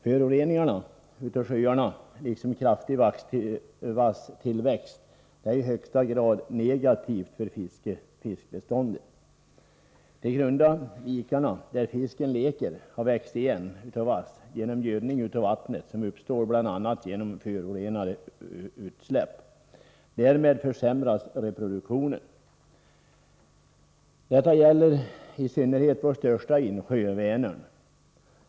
Föroreningarna av sjöarna liksom kraftig vasstillväxt är något i högsta grad negativt för fiskbeståndet. De grunda vikarna där fisken leker har växt igen med vass på grund av gödning av vattnet vilken uppstår bl.a. genom förorenande utsläpp. Därmed försämras reproduktionen. Detta gäller i synnerhet vår största insjö, Vänern.